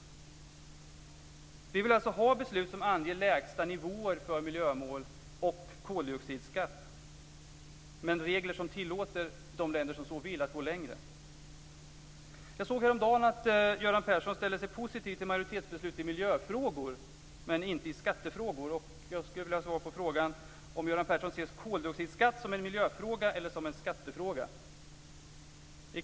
Men det ska vara regler som tillåter de länder som så vill att gå längre. Jag såg häromdagen att Göran Persson ställer sig positiv till majoritetsbeslut i miljöfrågor, men inte i skattefrågor. Jag skulle vilja ha svar på frågan om ifall Göran Persson ser koldioxidskatt som en miljöfråga eller som en skattefråga.